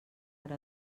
per